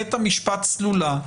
לבית המשפט סלולה,